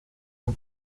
per